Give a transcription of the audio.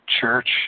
Church